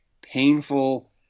painful